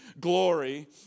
glory